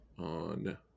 on